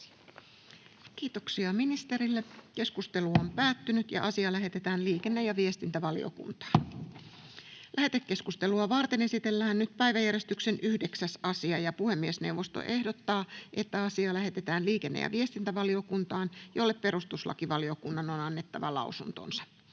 liikkumista hyvin laajasti Suomessa ja muutenkin. — Kiitoksia. Lähetekeskustelua varten esitellään päiväjärjestyksen 9. asia. Puhemiesneuvosto ehdottaa, että asia lähetetään liikenne- ja viestintävaliokuntaan, jolle perustuslakivaliokunnan on annettava lausunto.